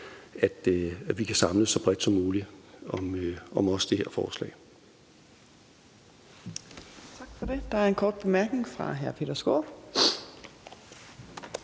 så vi kan samles så bredt som muligt, også om det her forslag.